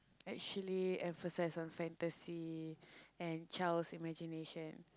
actually emphasise on fantasy and child's imagination